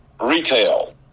retail